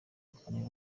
ibiganiro